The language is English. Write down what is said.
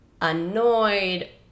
annoyed